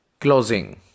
closing